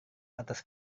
atas